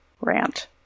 Rant